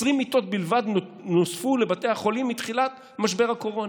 20 מיטות בלבד נוספו לבתי החולים מתחילת משבר הקורונה.